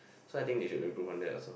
so I think they should improve on that also